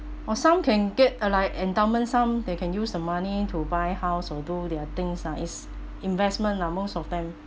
or some can get uh like endowment some they can use the money to buy house although their things are it's investment lah most of them